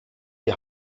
die